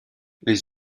les